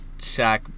Shaq